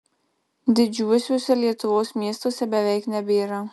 didžiuosiuose lietuvos miestuose beveik nebėra